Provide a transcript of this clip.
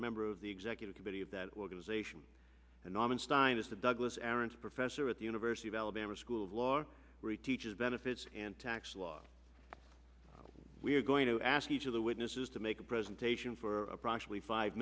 a member of the executive committee of that organization and norman stein is the douglas errants professor at the university of alabama school of law re teaches benefits and tax law we're going to ask each of the witnesses to make a presentation for approximately five